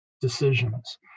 decisions